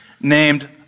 named